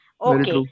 okay